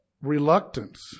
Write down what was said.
reluctance